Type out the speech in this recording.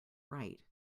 right